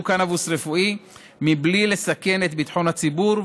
קנבוס רפואי בלי לסכן את ביטחון הציבור,